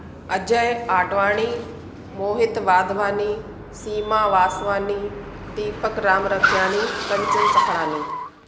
Ajay Advani Mohit Vadhvani Seema Vaswani Deepak Ramrakhiani Kanchan Sakhrani